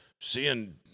seeing